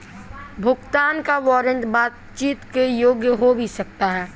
भुगतान का वारंट बातचीत के योग्य हो भी सकता है